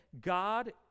God